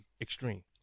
extreme